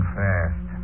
fast